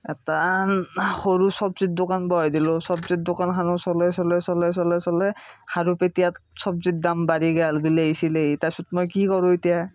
এটা সৰু চব্জিৰ দোকান বহাই দিলোঁ চব্জিৰ দোকানখানো চলাই চলাই চলাই চলাই চলাই খাৰুপেটীয়াত চব্জিৰ দাম বাঢ়ি গ'ল বিলাহী চিলাহী তাৰপিছত মই কি কৰো এতিয়া